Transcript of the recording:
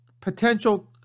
potential